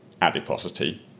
adiposity